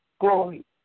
glory